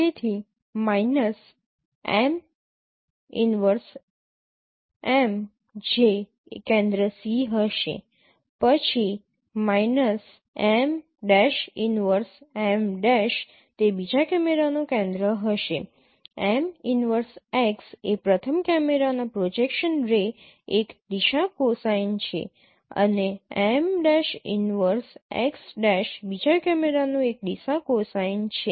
તેથી M 1m જે કેન્દ્ર C હશે પછી -M' 1m' તે બીજા કેમેરાનું કેન્દ્ર હશે M 1x એ પ્રથમ કેમેરાના પ્રોજેક્શન રે એક દિશા કોસાઇન છે અને M' 1x' બીજા કેમેરાનું એક દિશા કોસાઇન છે